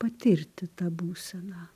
patirti tą būseną